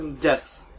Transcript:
Death